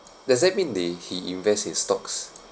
does that mean the he invest in stocks